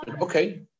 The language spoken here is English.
Okay